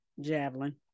javelin